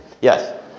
Yes